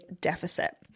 deficit